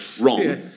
wrong